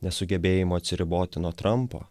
nesugebėjimo atsiriboti nuo trampo